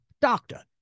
doctor